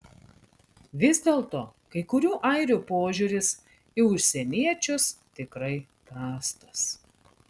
vis dėlto kai kurių airių požiūris į užsieniečius tikrai prastas